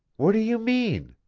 what do you mean?